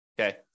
Okay